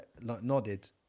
nodded